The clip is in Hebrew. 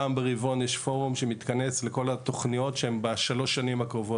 פעם ברבעון יש פורום שמתכנס לכל התוכניות שהן בשלוש שנים הקרובות,